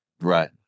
right